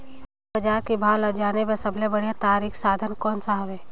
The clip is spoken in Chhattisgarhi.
बजार के भाव ला जाने बार सबले बढ़िया तारिक साधन कोन सा हवय?